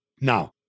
Now